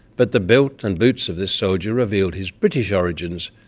but the belt and boots of this soldier revealed his british origins,